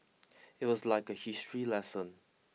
it was like a history lesson